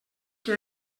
que